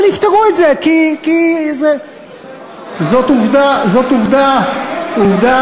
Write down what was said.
אבל יפתרו את זה, זו עובדה קיימת.